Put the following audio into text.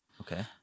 Okay